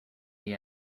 the